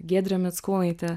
giedrę mickūnaitę